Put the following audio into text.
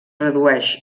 redueix